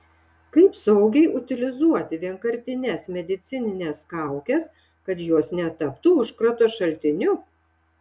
kaip saugiai utilizuoti vienkartines medicinines kaukes kad jos netaptų užkrato šaltiniu